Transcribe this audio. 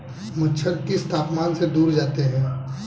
मच्छर किस तापमान से दूर जाते हैं?